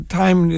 time